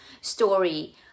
story